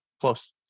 close